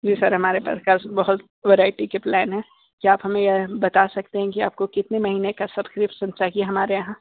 जी sir हमारे पास वैसे बहुत वैरायटी के प्लान हैं क्या आप हमें यह बता सकते हैं कि आपको कितने महीने का सब्सक्रिप्शन चाहिए हमारे यहाँ